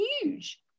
huge